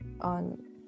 on